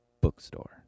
bookstore